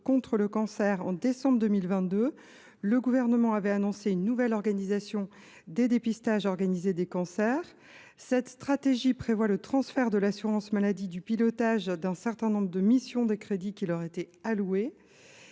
contre le cancer, le Gouvernement avait annoncé une nouvelle organisation des dépistages organisés des cancers. Cette stratégie prévoit le transfert, à l’assurance maladie, du pilotage d’un certain nombre de missions et des crédits qui étaient alloués